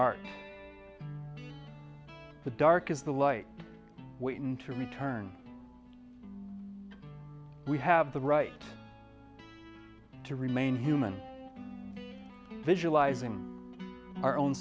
are the dark is the light waiting to return we have the right to remain human visualizing our own